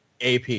AP